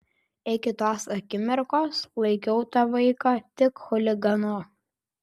iki tos akimirkos laikiau tą vaiką tik chuliganu